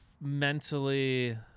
mentally